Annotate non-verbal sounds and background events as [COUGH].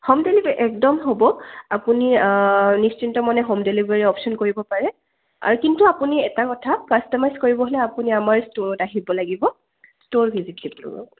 home delivery একদম হ'ব আপুনি নিশ্চিন্ত মনে হোম ডেলিভাৰী অপশ্য়ন কৰিব পাৰে আৰু কিন্তু আপুনি এটা কথা কাষ্টমাইজ কৰিব হ'লে আপুনি আমাৰ ষ্ট'ৰত আহিব লাগিব ষ্ট'ৰ ভিজিট [UNINTELLIGIBLE] কৰিব